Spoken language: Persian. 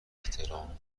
احترام